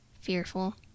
fearful